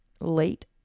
late